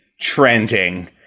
trending